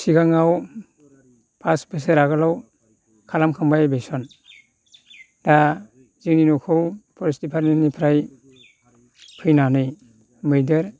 सिगाङाव पास बोसोर आगोलाव खालाम खांबाय एबिक्श'न दा जोंनि न'खौ फरेस्ट डिपार्टमेन्टनिफ्राय फैनानै मैदेर